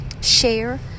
share